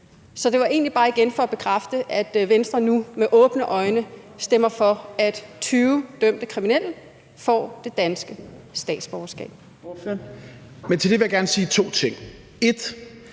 Så det var egentlig bare igen for at bekræfte, at Venstre nu med åbne øjne stemmer for, at 20 dømte kriminelle får det danske statsborgerskab. Kl. 10:43 Fjerde næstformand